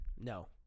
No